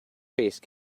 faced